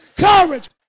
courage